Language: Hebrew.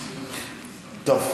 טוב.